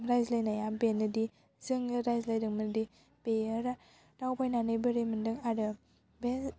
रायज्लायनाया बेनोदि जोङो रायज्लायदोंमोनदि बेयो दावबायनानै बोरै मोन्दों आरो बे